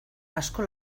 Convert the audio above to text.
asko